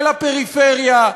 של הפריפריה,